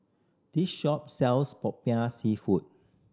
this shop sells Popiah Seafood